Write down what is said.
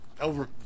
Over